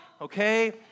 okay